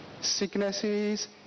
Sicknesses